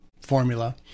formula